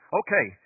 okay